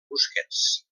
busquets